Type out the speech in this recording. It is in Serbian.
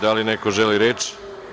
Da li neko želi reč?